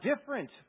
different